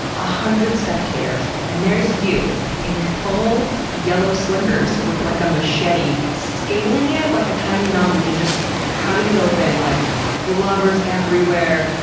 a hundred spectators, and there's you in full yellow slickers with, like, a machete, scaling it like a tiny mountain, and just cutting it open, and like blubber's everywhere,